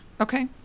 Okay